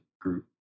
group